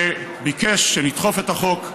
שביקש לדחוף את החוק,